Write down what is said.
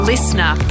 Listener